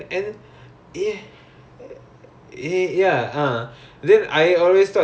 ya I so I so then I just like okay let's just do it ah ya